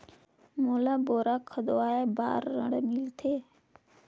मोला बोरा खोदवाय बार ऋण मिलथे?